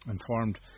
informed